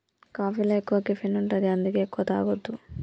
కాఫీలో ఎక్కువ కెఫీన్ ఉంటది అందుకే ఎక్కువ తాగొద్దు